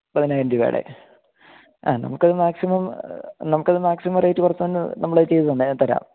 പതിനായിരം രൂപായുടെ ആ നമുക്കത് മാക്സിമം നമുക്കത് മാക്സിമം റേറ്റ് കുറച്ച് തന്നെ നമ്മളത് ചെയ്ത് തന്നെ തരാം